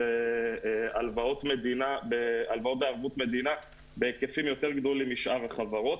הלוואות בערבות מדינה בהיקפים יותר גדולים משאר החברות